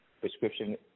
prescription